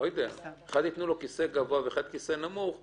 אם לאחד יתנו כיסא גבוה ולאחד כיסא נמוך,